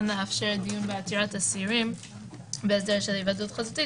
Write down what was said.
לאפשר דיון בעתירת אסירים בהסדר של היוועדות חזותית